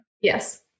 Yes